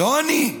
לא אני,